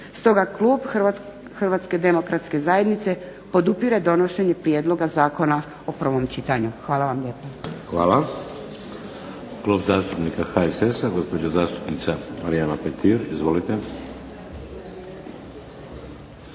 Stoga klub Hrvatske demokratske zajednice podupire donošenje prijedloga zakona u prvom čitanju. Hvala vam lijepa. **Šeks, Vladimir (HDZ)** Hvala. Klub zastupnika HSS-a, gospođa zastupnica Marijana Petir, izvolite.